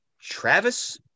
Travis